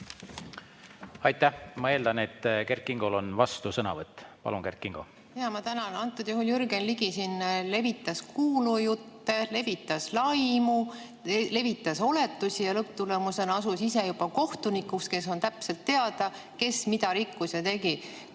Aitäh! Ma eeldan, et Kert Kingol on vastusõnavõtt. Palun, Kert Kingo! Jaa, tänan! Antud juhul Jürgen Ligi siin levitas kuulujutte, levitas laimu, levitas oletusi ja lõpptulemusena asus ise juba kohtunikuks, kellel on täpselt teada, kes mida rikkus ja tegi.